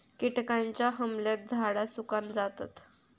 किटकांच्या हमल्यात झाडा सुकान जातत